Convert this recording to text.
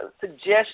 suggestions